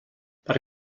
per